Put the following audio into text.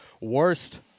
Worst